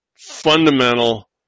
fundamental